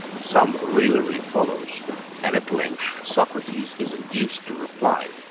some raillery follows and at length socrates is induced to reply,